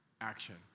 action